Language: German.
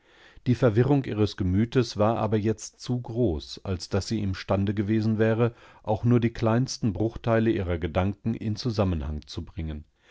mußte ihremweiternfortganghöchstwahrscheinlicheinhaltgetanhaben dieverwirrungihres gemütes war aber jetzt zu groß als daß sie im stande gewesen wäre auch nur die kleinsten bruchteile ihrer gedanken in zusammenhang zu bringen